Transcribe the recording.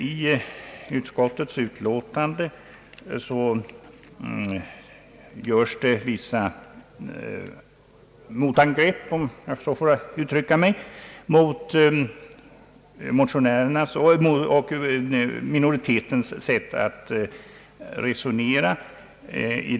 I utskottets utlåtande görs vissa motangrepp, om jag så får uttrycka mig, mot minoritetens sätt att resonera.